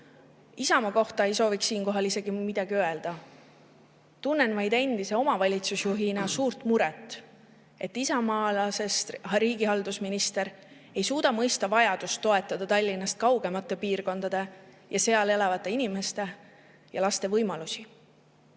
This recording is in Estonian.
Isamaa kohta ei sooviks siinkohal isegi midagi öelda. Tunnen endise omavalitsusjuhina vaid suurt muret, et isamaalasest riigihalduse minister ei suuda mõista vajadust toetada Tallinnast kaugemate piirkondade ja seal elavate inimeste ja laste võimalusi,